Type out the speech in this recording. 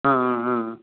ह ह ह ह